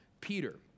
Peter